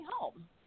home